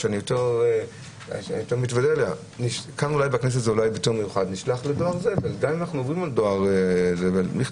והדברים עוברים לדואר זבל.